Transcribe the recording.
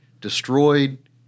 destroyed